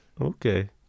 Okay